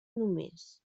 només